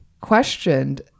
questioned